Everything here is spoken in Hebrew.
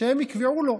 שהם יקבעו לו,